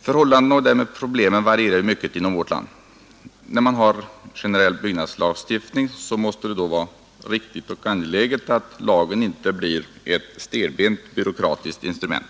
Förhållandena och därmed problemen varierar mycket inom vårt land. När man har en generell byggnadslagstiftning måste det vara riktigt att lagen inte blir ett stelbent byråkratiskt instrument.